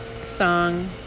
song